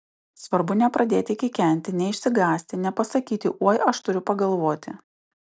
svarbu nepradėti kikenti neišsigąsti nepasakyti oi aš turiu pagalvoti